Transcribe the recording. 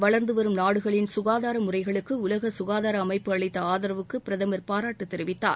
வளர்ந்து வரும் நாடுகளின் க்காதார முறைகளுக்கு உலக க்காதார அமைப்பு அளித்த ஆதரவுக்கு பிரதமர் பாராட்டு தெரிவித்தார்